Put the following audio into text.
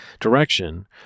direction